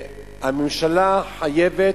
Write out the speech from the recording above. והממשלה חייבת,